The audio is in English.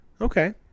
Okay